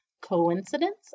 Coincidence